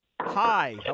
hi